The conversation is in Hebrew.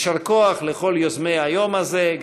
יישר כוח לכל יוזמי היום הזה,